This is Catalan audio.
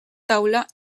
taula